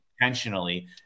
intentionally